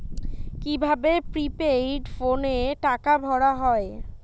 কি ভাবে প্রিপেইড ফোনে টাকা ভরা হয়?